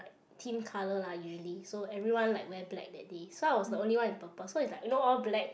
team colour lah usually so everyone like wear black that day so I was the only one in purple so is like no all black